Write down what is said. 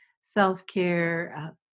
self-care